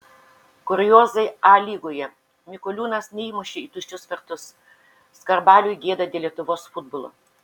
kuriozai a lygoje mikoliūnas neįmušė į tuščius vartus skarbaliui gėda dėl lietuvos futbolo